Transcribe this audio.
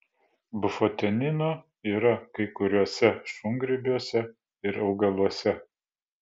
bufotenino yra kai kuriuose šungrybiuose ir augaluose